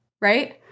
Right